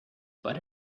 but